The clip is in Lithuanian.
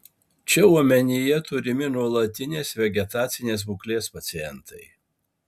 čia omenyje turimi nuolatinės vegetacinės būklės pacientai